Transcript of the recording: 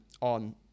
on